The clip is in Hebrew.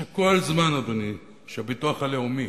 שכל זמן, אדוני, שהביטוח הלאומי